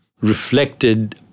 reflected